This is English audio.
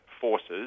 forces